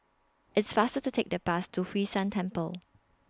It's faster to Take The Bus to Hwee San Temple